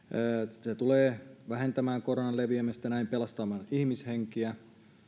se tulee vähentämään koronan leviämistä ja näin pelastamaan ihmishenkiä